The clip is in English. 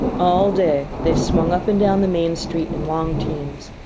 all day they swung up and down the main street in long teams,